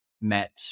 met